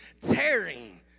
tearing